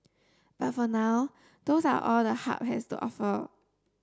but for now those are all the Hub has to offer